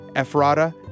Ephrata